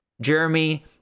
Jeremy